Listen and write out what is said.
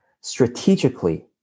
strategically